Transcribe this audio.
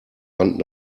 rannten